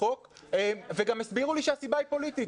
החוק וגם הסבירו לי שהסיבה היא פוליטית.